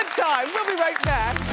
we'll be right back!